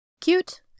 Cute